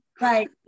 Right